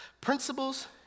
Principles